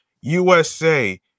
USA